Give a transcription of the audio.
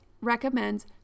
recommends